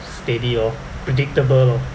steady lor predictable lor